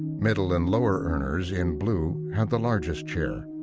middle and lower earners in blue had the largest share.